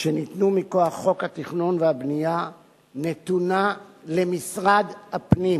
שניתנו מכוח חוק התכנון והבנייה נתונה למשרד הפנים.